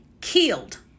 killed